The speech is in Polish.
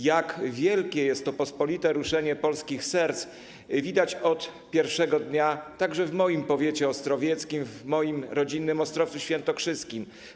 Jak wielkie jest to pospolite ruszenie polskich serc, widać od pierwszego dnia także w moim powiecie, powiecie ostrowieckim, w moim rodzinnym Ostrowcu Świętokrzyskim.